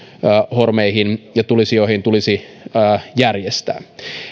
hormeihin ja tulisijoihin tulisi järjestää